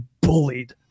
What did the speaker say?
bullied